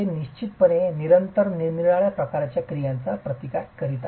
ते निश्चितपणे निरंतर निरनिराळ्या प्रकारच्या क्रियांचा प्रतिकार करीत आहेत